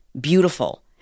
beautiful